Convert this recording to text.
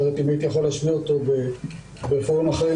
אם הייתי יכול להשמיע אותו בפורום אחר,